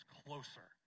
closer